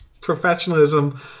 Professionalism